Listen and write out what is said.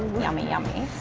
yummy yummy.